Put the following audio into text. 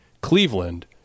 Cleveland